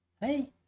hey